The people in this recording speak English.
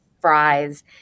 fries